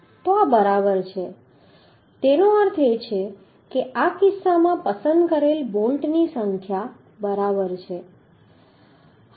તો આ બરાબર છે તેનો અર્થ એ છે કે આ કિસ્સામાં પસંદ કરેલ બોલ્ટની સંખ્યા બરાબર છે